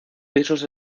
pisos